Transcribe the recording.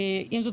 עם זאת,